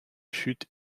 chute